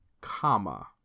comma